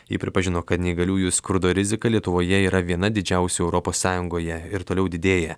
ji pripažino kad neįgaliųjų skurdo rizika lietuvoje yra viena didžiausių europos sąjungoje ir toliau didėja